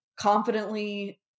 confidently